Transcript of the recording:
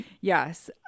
Yes